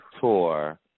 tour